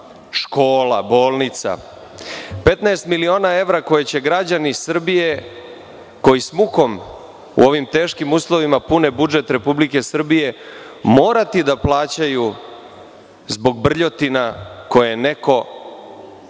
škola, bolnica. Petnaest miliona evra koje će građani Srbije, koji sa mukom u ovim teškim uslovima pune budžet RS morati da plaćaju zbog brljotina koje je